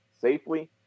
safely